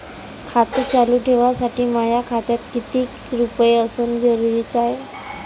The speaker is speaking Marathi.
खातं चालू ठेवासाठी माया खात्यात कितीक रुपये असनं जरुरीच हाय?